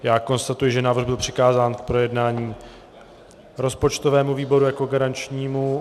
Já konstatuji, že návrh byl přikázán k projednání rozpočtovému výboru jako garančnímu.